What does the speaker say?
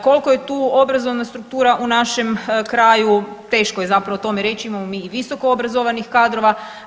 Koliko je tu obrazovna struktura u našem kraju, teško je zapravo o tome reći, imamo mi i visokoobrazovanih kadrova.